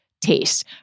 taste